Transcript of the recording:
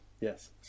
yes